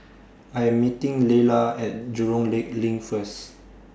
I Am meeting Leala At Jurong Lake LINK First